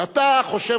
ואתה חושב,